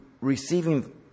receiving